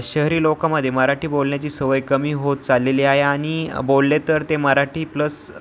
शहरी लोकामध्ये मराठी बोलण्याची सवय कमी होत चाललेली आहे आणि बोलले तर ते मराठी प्लस